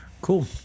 Cool